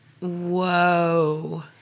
Whoa